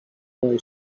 boy